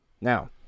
Now